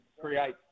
create